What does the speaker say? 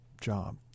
job